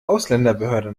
ausländerbehörde